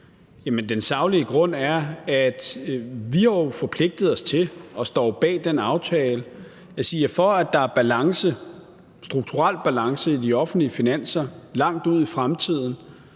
Den saglige grund er, at vi jo har forpligtet os til og står bag den aftale, hvor vi siger, at for at der kan være strukturel balance i de offentlige finanser langt ud i fremtiden,